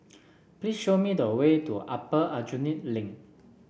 please show me the way to Upper Aljunied Link